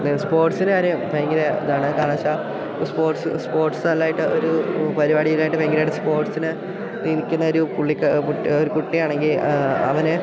സ്പോർട്സിൻ്റെ കാര്യം ഭയങ്കര ഇതാണ് കാരണം വെച്ചാൽ സ്പോർട്സ് സ്പോർട്സ് നല്ലതായിട്ട് ഒരു പരിപാടിയിലായിട്ട് ഭയങ്കരമായിട്ട് സ്പോർട്സിനെ ഇരിക്കുന്ന ഒരു പുള്ളിക്ക് ഒരു കുട്ടിയാണെങ്കിൽ അവൻ